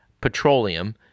petroleum